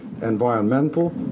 environmental